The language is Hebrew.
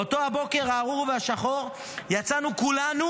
באותו הבוקר הארור והשחור יצאנו כולנו,